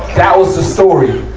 that was the story